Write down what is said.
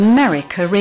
America